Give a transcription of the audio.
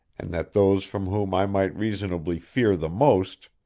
and that those from whom i might reasonably fear the most,